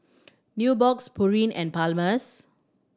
Nubox Pureen and Palmer's